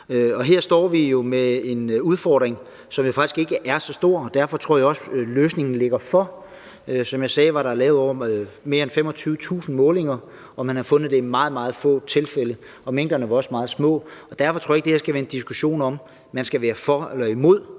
Her står vi med en udfordring, som jo faktisk ikke er så stor, og derfor tror jeg også, at løsningen ligger der. Som jeg sagde, var der lavet mere end 25.000 målinger, og man har fundet det i meget, meget få tilfælde. Og mængderne var også meget små. Derfor tror jeg ikke, at det her skal være en diskussion om, om man skal være for eller imod.